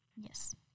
Yes